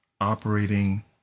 operating